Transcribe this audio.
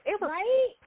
Right